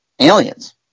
aliens